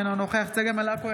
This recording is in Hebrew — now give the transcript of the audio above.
אינו נוכחת צגה מלקו,